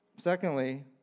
Secondly